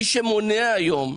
מי שמונע היום,